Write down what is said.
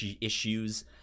issues